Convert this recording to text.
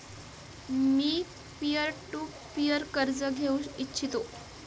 me peer to peer कर्ज घेऊ इच्छितो